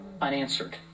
unanswered